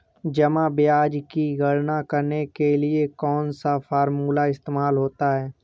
जमा ब्याज की गणना करने के लिए कौनसा फॉर्मूला इस्तेमाल होता है?